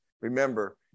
Remember